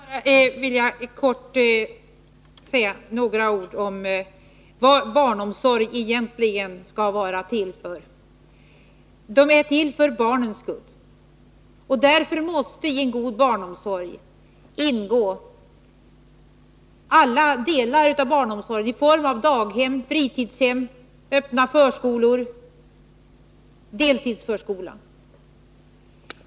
Herr talman! Jag vill kortfattat säga några ord om vad barnomsorg egentligen skall vara till för. Barnomsorgen är till för barnens skull. Därför måste i en god barnomsorg ingå alla former av omsorg, dvs. daghem, fritidshem, öppna förskolor och deltidsförskolor.